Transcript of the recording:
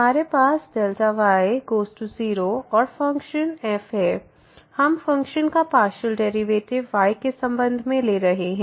हमारे पास y→0 और फ़ंक्शन f है हम फ़ंक्शन f का पार्शियल डेरिवेटिव y के संबंध में ले रहे हैं